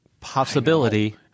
possibility